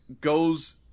goes